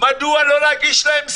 מדוע לא להגיש להם סיוע?